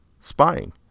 spying